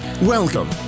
Welcome